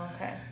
okay